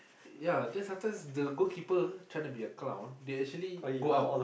ya then sometimes the goal keeper trying to be a clown they actually go out